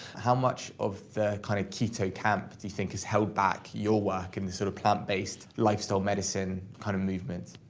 how much of the kind of keto camp, do you think, has held back your work and in sort of plant based lifestyle medicine kind of movement?